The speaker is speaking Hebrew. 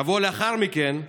שבוע לאחר מכן,